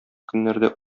көннәрдә